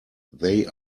they